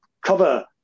cover